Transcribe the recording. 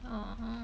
orh